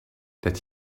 that